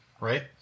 right